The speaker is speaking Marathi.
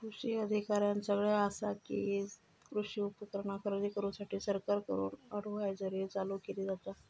कृषी अधिकाऱ्यानं सगळ्यां आसा कि, कृषी उपकरणा खरेदी करूसाठी सरकारकडून अडव्हायजरी चालू केली जाता